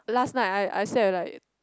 last night I I slept at like